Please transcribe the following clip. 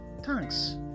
Thanks